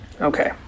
Okay